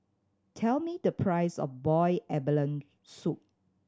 tell me the price of boiled abalone soup